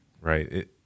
Right